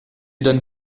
donne